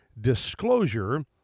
disclosure